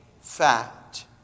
fat